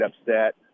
upset